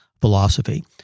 philosophy